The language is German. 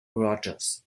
rogers